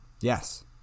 Yes